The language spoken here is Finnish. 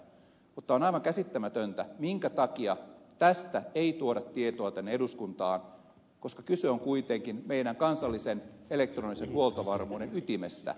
mutta on aivan käsittämätöntä minkä takia tästä ei tuoda tietoa tänne eduskuntaan koska kyse on kuitenkin meidän kansallisen elektronisen huoltovarmuuden ytimestä